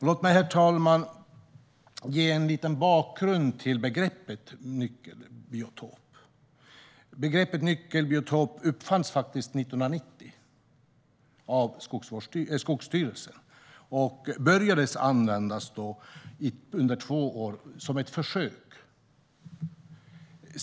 Låt mig, herr talman, ge en liten bakgrund till begreppet nyckelbiotop. Begreppet uppfanns 1990 av Skogsstyrelsen och började användas under två år som ett försök.